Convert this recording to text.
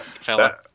fella